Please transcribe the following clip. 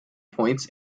points